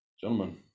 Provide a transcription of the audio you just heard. Gentlemen